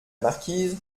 marquise